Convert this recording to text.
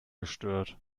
gestört